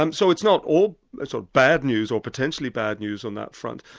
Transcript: um so it's not all so bad news, or potentially bad news on that front.